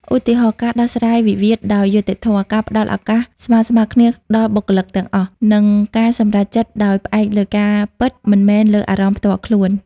ឧទាហរណ៍ ការដោះស្រាយវិវាទដោយយុត្តិធម៌ ការផ្ដល់ឱកាសស្មើៗគ្នាដល់បុគ្គលិកទាំងអស់ និងការសម្រេចចិត្តដោយផ្អែកលើការពិត មិនមែនលើអារម្មណ៍ផ្ទាល់ខ្លួន។